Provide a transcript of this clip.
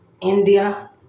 India